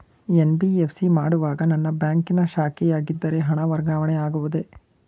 NBFC ಮಾಡುವಾಗ ನನ್ನ ಬ್ಯಾಂಕಿನ ಶಾಖೆಯಾಗಿದ್ದರೆ ಹಣ ವರ್ಗಾವಣೆ ಆಗುವುದೇ?